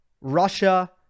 Russia